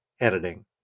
editing